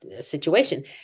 situation